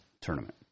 tournament